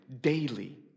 daily